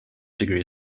degree